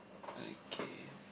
okay